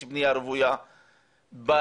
יש בנייה רוויה בגרעין